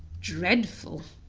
dreadful,